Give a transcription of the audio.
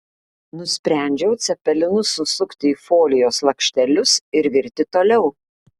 nusprendžiau cepelinus susukti į folijos lakštelius ir virti toliau